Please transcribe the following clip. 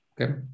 Okay